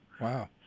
Wow